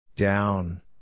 Down